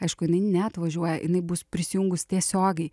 aišku jinai neatvažiuoja jinai bus prisijungus tiesiogiai